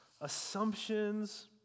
assumptions